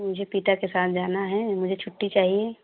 मुझे पिता के साथ जाना है मुझे छुट्टी चाहिए